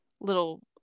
little